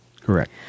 Correct